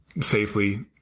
safely